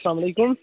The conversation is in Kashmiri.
اسلام علیکُم